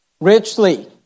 Richly